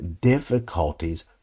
difficulties